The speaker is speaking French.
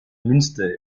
münster